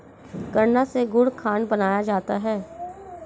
गन्ना से गुड़ खांड बनाया जाता है